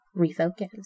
refocus